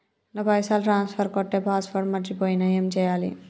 నా పైసల్ ట్రాన్స్ఫర్ కొట్టే పాస్వర్డ్ మర్చిపోయిన ఏం చేయాలి?